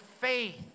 faith